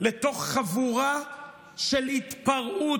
לתוך חבורה של התפרעות.